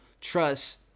trust